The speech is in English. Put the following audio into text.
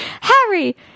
harry